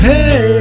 Hey